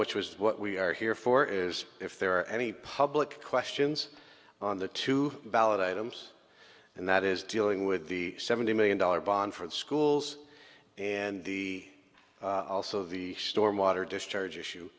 which was what we are here for is if there are any public questions on the to validate him and that is dealing with the seventy million dollars bond for the schools and the also the stormwater discharge issue